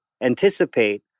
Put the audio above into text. anticipate